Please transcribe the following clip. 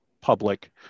public